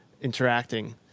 interacting